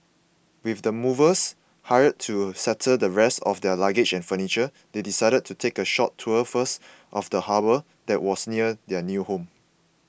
with the movers hired to settle the rest of their luggage and furniture they decided to take a short tour first of the harbour that was near their new home